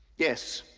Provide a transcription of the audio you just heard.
yes,